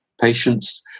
patients